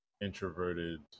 introverted